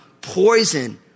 poison